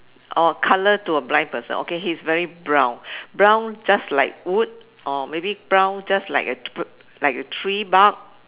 or colour to a blind person okay he's very brown brown just like wood or maybe brown just like a br~ like a tree bark